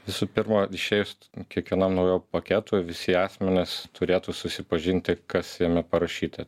visų pirma išėjus kiekvienam naujo paketu visi asmenys turėtų susipažinti kas jame parašyta